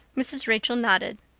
mrs. rachel nodded.